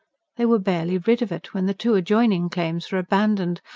they were barely rid of it, when the two adjoining claims were abandoned,